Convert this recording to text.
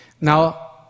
Now